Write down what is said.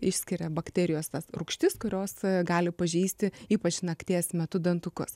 išskiria bakterijos tas rūgštis kurios gali pažeisti ypač nakties metu dantukus